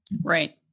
Right